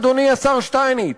אדוני השר שטייניץ,